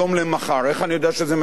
איך אני יודע שזה מהיום למחר?